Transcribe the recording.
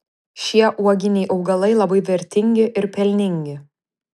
šie uoginiai augalai labai vertingi ir pelningi